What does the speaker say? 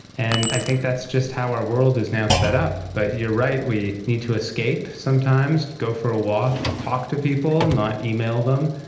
and i think that's just how our world is now set up, but you're right, we need to escape sometimes, to go for a walk, talk to people, not email them,